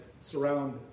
surround